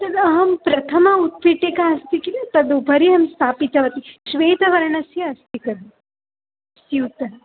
तद् अहं प्रथमा उत्पीटिका अस्ति किल तदुपरि अहं स्थापितवती श्वेतवर्णस्य अस्ति खलु स्यूतम्